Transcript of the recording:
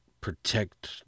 protect